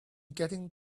getting